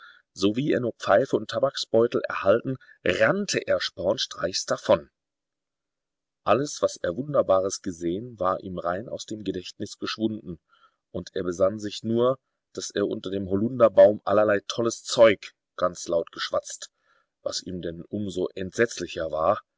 sowie er nur pfeife und tabaksbeutel erhalten rannte er spornstreichs davon alles was er wunderbares gesehen war ihm rein aus dem gedächtnis geschwunden und er besann sich nur daß er unter dem holunderbaum allerlei tolles zeug ganz laut geschwatzt was ihm denn um so entsetzlicher war